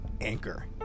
Anchor